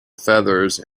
feathers